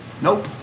Nope